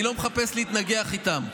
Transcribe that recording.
אני לא מחפש להתנגח איתם,